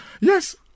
Yes